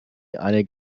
eine